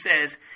says